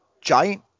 giant